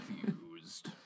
confused